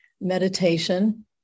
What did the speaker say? meditation